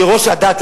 כראש הדת,